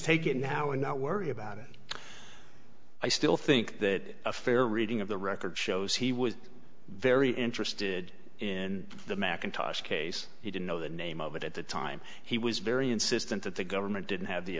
take it now and not worry about it i still think that a fair reading of the record shows he was very interested in the macintosh case he didn't know the name of it at the time he was very insistent that the government didn't have the